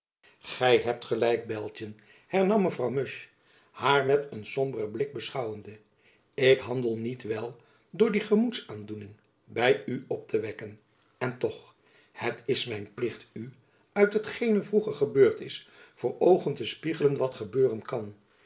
gy hebt gelijk betjen hernam mevrouw musch haar met een somberen blik beschouwende ik handel niet wel door die gemoedsaandoeningen by u op te wekken en toch het is mijn plicht u uit hetgene vroeger gebeurd is voor oogen te spiegelen wat gebeuren kan